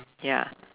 ya